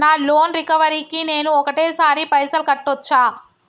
నా loan recovery కి నేను ఒకటేసరి పైసల్ కట్టొచ్చా?